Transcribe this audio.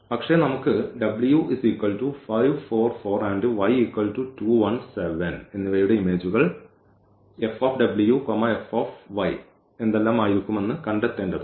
പക്ഷേ നമുക്ക് യുടെ ഇമേജുകൾ എന്തെല്ലാം ആയിരിക്കുമെന്ന് കണ്ടെത്തേണ്ടതുണ്ട്